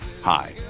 Hi